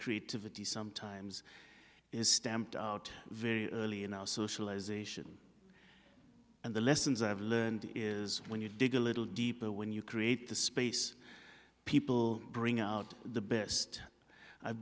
creativity sometimes is stamped out very early in our socialization and the lessons i've learned is when you dig a little deeper when you create the space people bring out the best i've